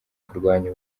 kurwanya